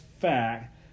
fact